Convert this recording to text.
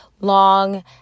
long